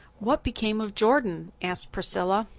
what became of jordan? asked priscilla.